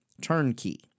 turnkey